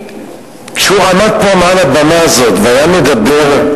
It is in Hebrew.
כשהוא עמד פה, מעל הבמה הזאת, והיה מדבר,